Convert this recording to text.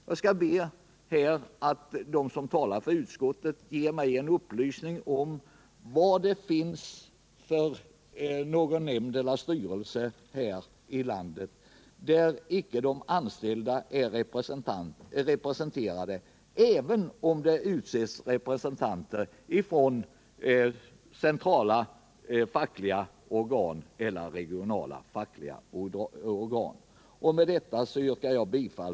Och jag ber att de som här talar för utskottet ger mig en upplysning om vad det finns för nämnder eller styrelser här i landet, där de anställda inte är representerade även om det utses representanter för centrala fackliga eller regionala organ.